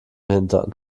hintern